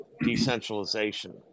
decentralization